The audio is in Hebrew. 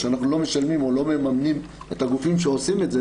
או שאנחנו לא משלמים או לא מממנים את הגופים שעושים את זה,